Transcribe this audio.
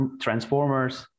transformers